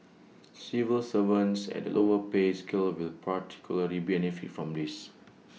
civil servants at the lower pay scale will particularly benefit from this